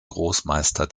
großmeister